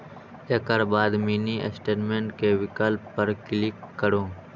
एकर बाद mini statement के विकल्प पर क्लिक करू